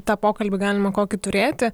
tą pokalbį galima kokį turėti